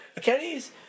Kenny's